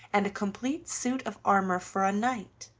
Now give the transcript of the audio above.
and a complete suit of armor for a knight,